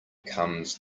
comes